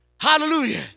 Hallelujah